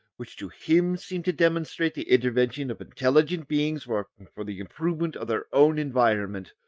which to him seem to demonstrate the intervention of intelligent beings working for the improvement of their own environment,